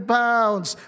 pounds